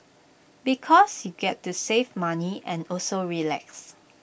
because you get to save money and also relax